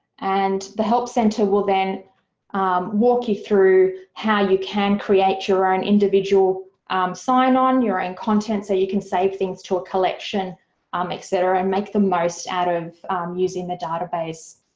and the help center will then um walk you through how you can create your own individual sign on, your own content, so you can save things to a collection um etc and make the most out of using the database.